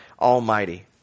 Almighty